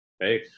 Hey